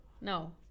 No